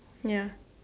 ya